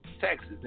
Texas